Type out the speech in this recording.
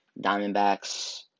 Diamondbacks